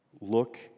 Look